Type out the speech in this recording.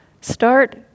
Start